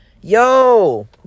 Yo